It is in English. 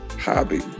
hobby